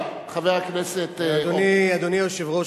אדוני היושב-ראש,